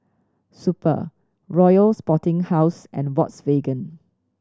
Super Royal Sporting House and Volkswagen